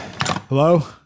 hello